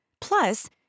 Plus